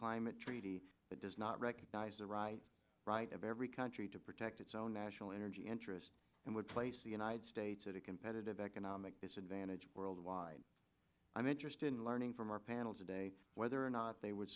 climate treaty that does not recognize the right of every country to protect its own national energy interests and would place the united states at a competitive economic disadvantage worldwide i'm interested in learning from our panel today whether or not they would